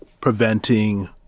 preventing